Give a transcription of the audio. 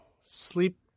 sleep